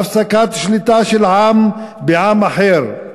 הפסקת שליטה של עם בעם אחר.